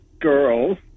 girls